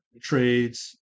trades